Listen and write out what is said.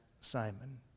Simon